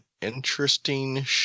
interesting